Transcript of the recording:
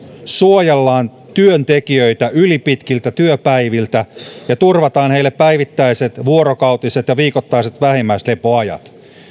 suojellaan työntekijöitä ylipitkiltä työpäiviltä ja turvataan heille päivittäiset vuorokautiset ja viikoittaiset vähimmäislepoajat